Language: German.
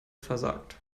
versagt